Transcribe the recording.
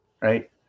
right